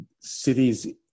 cities